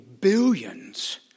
billions